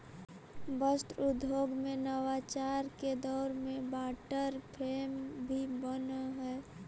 वस्त्र उद्योग में नवाचार के दौर में वाटर फ्रेम भी बनऽ हई